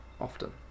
often